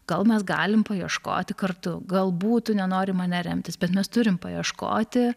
gal mes galim paieškoti kartu galbūt tu nenori į mane remtis bet mes turim paieškoti